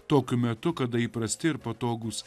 tokiu metu kada įprasti ir patogūs